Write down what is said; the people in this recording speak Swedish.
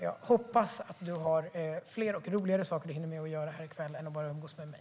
Jag hoppas att du har fler och roligare saker som du hinner med att göra i kväll än att bara umgås med mig.